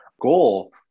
goal